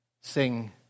sing